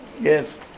Yes